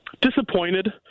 Disappointed